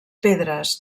pedres